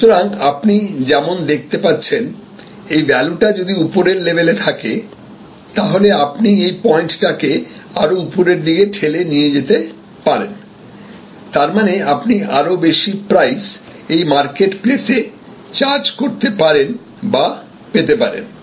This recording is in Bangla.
সুতরাং আপনি যেমন দেখতে পাচ্ছেন এই ভ্যালুটা যদি উপরের লেভেলে থাকে তাহলে আপনি এই পয়েন্টটা কে আরো উপরের দিকে ঠেলে নিয়ে যেতে পারেন তার মানে আপনি আরো বেশি প্রাইস এই মার্কেট প্লেসে চার্জ করতে পারেন বা পেতে পারেন